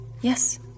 Yes